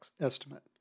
estimate